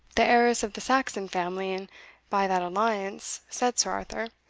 the heiress of the saxon family, and by that alliance, said sir arthur,